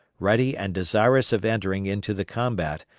ready and desirous of entering into the combat,